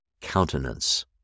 countenance